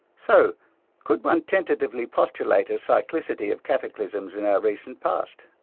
so could one tentatively postulate a cyclicity of cataclysms in our recent past?